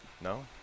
No